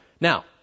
Now